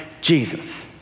Jesus